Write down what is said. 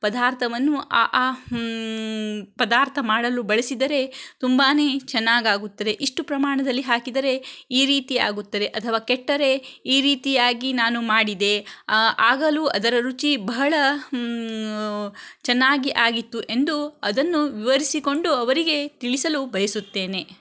ಪದಾರ್ಥವನ್ನು ಆ ಆ ಪದಾರ್ಥ ಮಾಡಲು ಬಳಸಿದರೆ ತುಂಬಾ ಚೆನ್ನಾಗಿ ಆಗುತ್ತದೆ ಇಷ್ಟು ಪ್ರಮಾಣದಲ್ಲಿ ಹಾಕಿದರೆ ಈ ರೀತಿಯಾಗುತ್ತದೆ ಅಥವಾ ಕೆಟ್ಟರೆ ಈ ರೀತಿಯಾಗಿ ನಾನು ಮಾಡಿದೆ ಆಗಲೂ ಅದರ ರುಚಿ ಬಹಳ ಚೆನ್ನಾಗಿ ಆಗಿತ್ತು ಎಂದು ಅದನ್ನು ವಿವರಿಸಿಕೊಂಡು ಅವರಿಗೆ ತಿಳಿಸಲು ಬಯಸುತ್ತೇನೆ